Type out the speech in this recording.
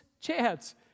chance